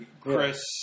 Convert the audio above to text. Chris